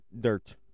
dirt